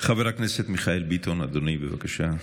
חבר הכנסת מיכאל ביטון, אדוני, בבקשה.